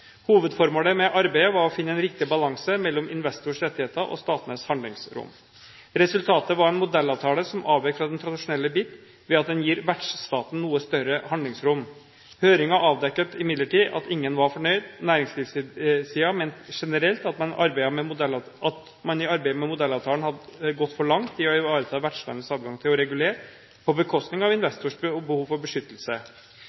Hovedformålet med arbeidet var å finne en riktig balanse mellom investors rettigheter og statenes handlingsrom. Resultatet var en modellavtale som avvek fra den tradisjonelle BIT ved at den gir vertsstaten noe større handlingsrom. Høringen avdekket imidlertid at ingen var fornøyd. Næringslivssiden mente generelt at man i arbeidet med modellavtalen hadde gått for langt i å ivareta vertslandets adgang til å regulere på bekostning av